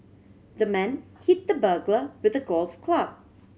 the man hit the burglar with a golf club